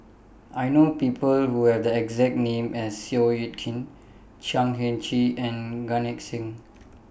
I know People Who Have The exact name as Seow Yit Kin Chan Heng Chee and Gan Eng Seng